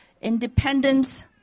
Independence